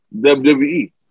WWE